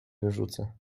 wyrzuca